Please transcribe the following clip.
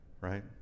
right